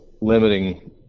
limiting